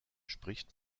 spricht